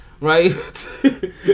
right